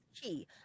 key